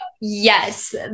yes